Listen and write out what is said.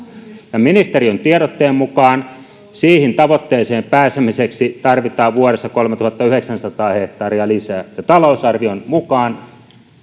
ministeriön tiedotteen mukaan siihen tavoitteeseen pääsemiseksi tarvitaan vuodessa kolmetuhattayhdeksänsataa hehtaaria lisää ja talousarvion mukaan